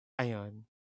Ayon